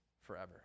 forever